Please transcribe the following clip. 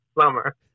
Summer